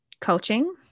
coaching